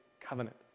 covenant